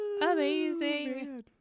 Amazing